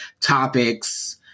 topics